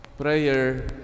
Prayer